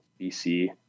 BC